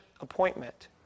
appointment